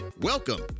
Welcome